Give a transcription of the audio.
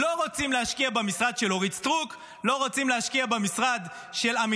לא רוצים להשקיע במשרד של אורית סטרוק,